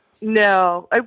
No